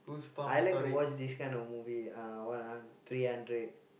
I like to watch this kind of movie uh what ah three-hundred